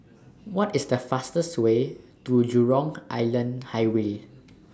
What IS The fastest Way to Jurong Island Highway